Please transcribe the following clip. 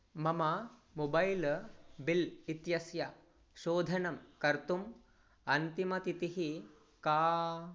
मम mobile bill इत्यस्य शोधनं कर्तुम् अन्तिमतिथिः का